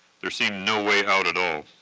there seemed no way out at all,